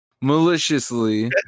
maliciously